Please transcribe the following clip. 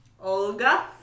Olga